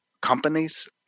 companies